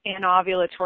anovulatory